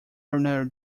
ordinary